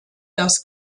das